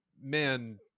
man